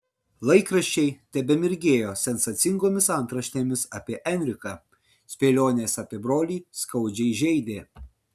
laikraščiai tebemirgėjo sensacingomis antraštėmis apie enriką spėlionės apie brolį skaudžiai žeidė